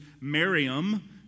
Miriam